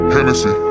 Hennessy